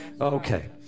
Okay